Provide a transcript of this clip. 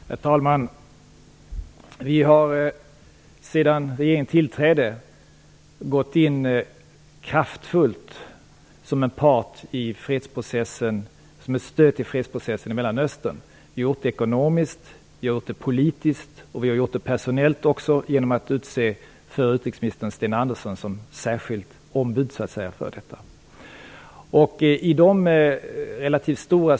Herr talman! Vi har sedan regeringen tillträdde gått in kraftfullt som ett stöd till fredsprocessen i Mellanöstern. Vi har gjort det ekonomiskt, politiskt och även personellt genom att utse förre utrikesministern Sten Andersson till så att säga särskilt ombud för detta.